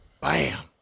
Bam